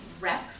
rep